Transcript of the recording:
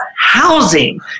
housing